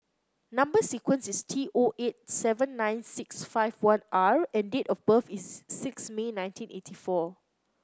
number sequence is T O eight seven nine six five one R and date of birth is six May nineteen eighty four